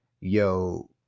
yo